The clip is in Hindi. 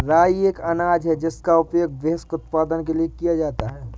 राई एक अनाज है जिसका उपयोग व्हिस्की उत्पादन के लिए किया जाता है